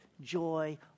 joy